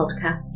Podcast